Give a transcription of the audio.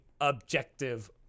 objective